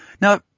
Now